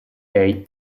lei